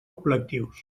col·lectius